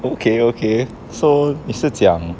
okay okay so 你是讲